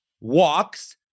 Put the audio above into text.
walks